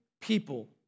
people